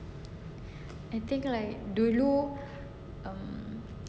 I think like dulu um